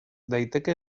daiteke